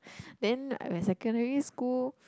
then my secondary school